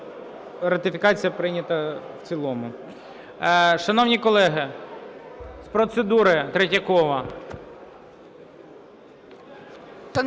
Ратифікація прийнята в цілому. Шановні колеги, з процедури – Третьякова.